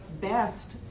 best